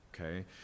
Okay